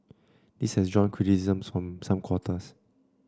this has drawn criticisms from some quarters